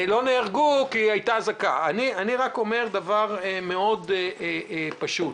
אני אומר דבר מאוד פשוט,